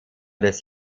des